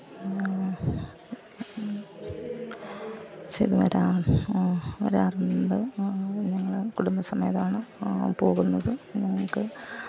ചെന്ന് വരാറുണ്ട് ഞങ്ങൾ കുടുമ്പസമേതമാണ് പോവുന്നത് ഞങ്ങൾക്ക്